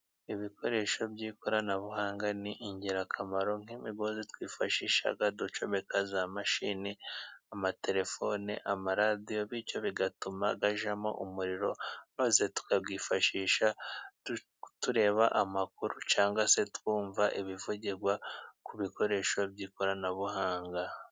Ibikoresho by'ikoranabuhanga ni ingirakamaro, nk'imigozi twifashisha ducomeka za mashini, amaterefone, amaradiyo bityo bigatuma hajyamo umuriro, maze tukayifashisha tureba amakuru cyangwa se twumva ibivugirwa ku bikoresho by'ikoranabuhanga.